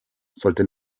sollte